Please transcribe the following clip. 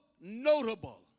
notable